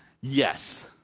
yes